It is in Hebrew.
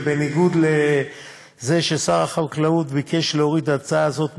ובניגוד לזה ששר החקלאות ביקש להוריד הצעה זו מסדר-היום,